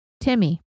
Timmy